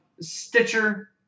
Stitcher